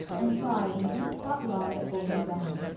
and fry in deep hot lard a golden brown.